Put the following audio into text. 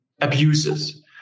abuses